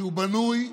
כשהוא בנוי,